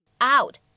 out